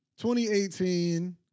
2018